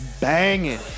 banging